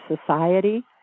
society